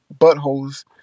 buttholes